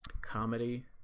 comedy